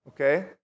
okay